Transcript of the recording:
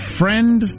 friend